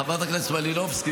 חברת הכנסת מלינובסקי,